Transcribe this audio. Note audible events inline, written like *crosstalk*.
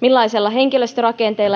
millaisella henkilörakenteella *unintelligible*